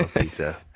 Pizza